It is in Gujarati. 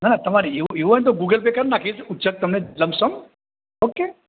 ના ના તમારે એવું એવું હોય ને તો ગુગલ પે કરી નાખીશ ઉચ્ચક તમને લમસમ ઓકે